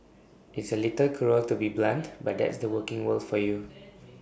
it's A little cruel to be blunt but that's the working world for you